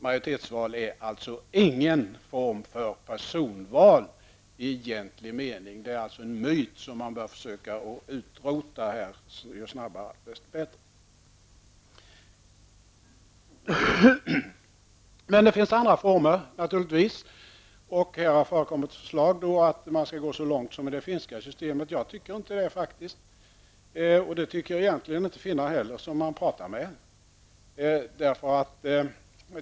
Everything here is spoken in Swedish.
Majoritetsval är således ingen form av personval i egentlig mening. Det är en myt som man bör försöka utrota, ju snabbare, desto bättre. Det finns naturligtvis andra former av personval. Här har förekommit förslag om att man skall gå så långt som i det finska systemet. Jag tycker faktiskt inte det, och det tycker egentligen inte de finnar som man har talat med heller.